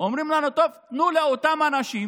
אומרים לנו: טוב, תנו לאותם אנשים